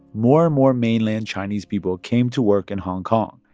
more and more mainland chinese people came to work in hong kong.